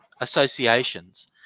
associations